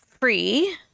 free